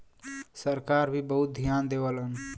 सरकार भी बहुत धियान देवलन